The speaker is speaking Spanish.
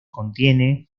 contiene